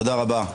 תודה רבה.